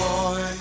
Boy